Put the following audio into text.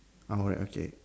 oh right okay